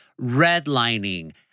redlining